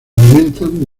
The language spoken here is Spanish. alimentan